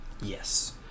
yes